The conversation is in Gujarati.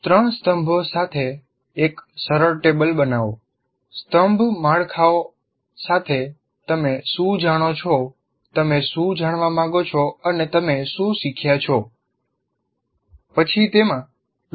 ત્રણ સ્તંભો સાથે એક સરળ ટેબલ બનાવો સ્તંભ મથાળાઓ સાથે તમે શું જાણો છો તમે શું જાણવા માગો છો અને તમે શું શીખ્યા છો પછી તેમાં લખવાનું શરૂ કરો